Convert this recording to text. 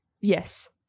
Yes